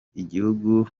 igihugu